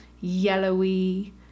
yellowy